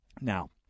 Now